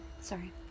Sorry